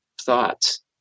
thoughts